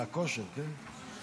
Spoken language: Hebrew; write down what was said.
על הכושר, כן?